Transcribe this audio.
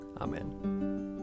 Amen